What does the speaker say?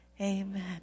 Amen